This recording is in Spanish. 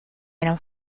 eran